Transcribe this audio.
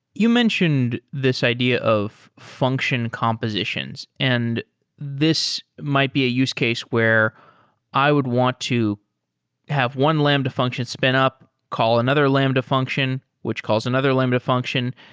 you mentioned this idea of function compositions, and this might be a use case where i would want to have one lambda function spin up. call another lambda function, which calls another lambda function.